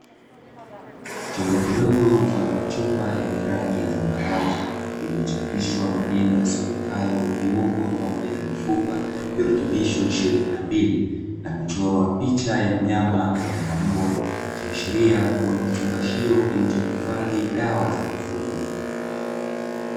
Chombo kidogo mfano wa chupa yenye rangi ya zambarau, iliyochapishwa maneno yasomekayo viungo pamoja na mifupa virutubisho ishirini na mbili na kuchorwa picha ya mnyama aina ya mbwa. Ikiashiria kuwa ni kifungashio kilichoahifadhi dawa za mifungo.